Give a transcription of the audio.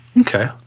Okay